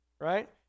right